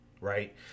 right